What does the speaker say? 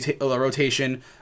rotation